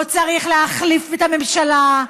לא צריך להחליף את הממשלה,